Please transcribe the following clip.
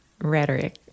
rhetoric